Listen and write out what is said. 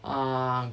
um